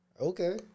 okay